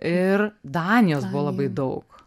ir danijos buvo labai daug